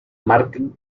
martín